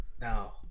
No